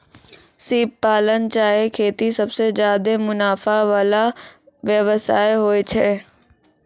सिप पालन चाहे खेती सबसें ज्यादे मुनाफा वला व्यवसाय होय छै